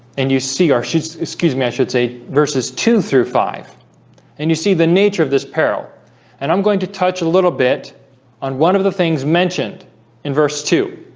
and you see our shoots, excuse me i should say verses two through five and you see the nature of this peril and i'm going to touch a little bit on one of the things mentioned in verse two.